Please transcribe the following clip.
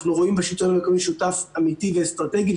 אנחנו רואים בשלטון המקומי שותף אמיתי ואסטרטגי,